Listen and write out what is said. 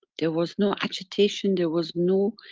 there was no agitation, there was no.